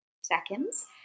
seconds